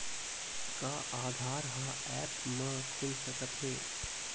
का आधार ह ऐप म खुल सकत हे?